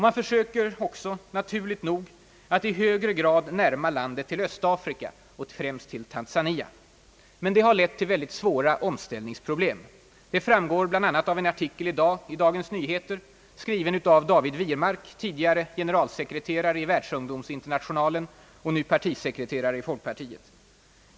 Man försöker också, naturligt nog, att i högre grad närma landet till Östafrika, främst till Tanzania. Detta har lett till väldigt svåra omställningsproblem. Det framgår bl.a. av en artikel i dag i Dagens Nyheter, skriven av David Wirmark, tidigare generalsekreterare i världsungdomsinternationalen och nu partisekreterare i folkpartiet.